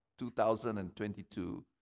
2022